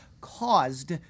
caused